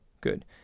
good